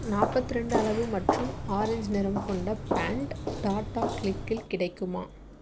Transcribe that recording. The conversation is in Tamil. நாற்பத்தி ரெண்டு அளவு மற்றும் ஆரஞ்சு நிறம் கொண்ட பேண்ட் டாட்டா கிளிக்கில் கிடைக்குமா